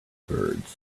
birds